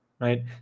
right